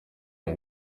iya